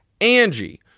Angie